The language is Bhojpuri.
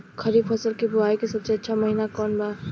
खरीफ फसल के बोआई के सबसे अच्छा महिना कौन बा?